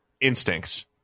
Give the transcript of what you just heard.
instincts